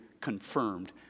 confirmed